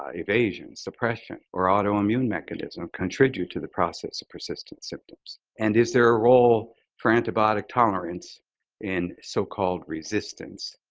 ah evasion, suppression, or autoimmune mechanism contribute to the process of persistent symptoms? and is there a role for antibiotic tolerance in so-called resistance,